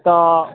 তা